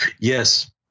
Yes